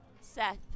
Seth